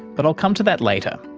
but i'll come to that later.